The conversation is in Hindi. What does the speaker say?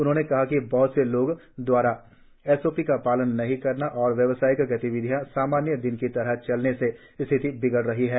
उन्होंने कहा कि बहत से लोगों दवारा एक ओ पी का पालन नहीं करने और व्यवसायिक गतिविधियां सामान्य दिनों की तरह चलने से स्थिति बिगड़ रही है